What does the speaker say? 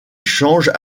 changent